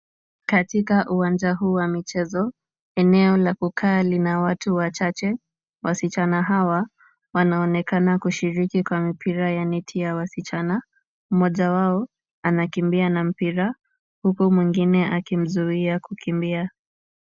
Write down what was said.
Katika uwanja huu wa michezo, eneo la kukaa lina watu wachache. Wasichana hawa wanaonekana kushiriki kwa mipira ya neti ya wasichana. Mmoja wao anakimbia na mpira huku mwingine akimzuia kukimbia.